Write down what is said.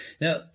Now